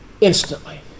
Instantly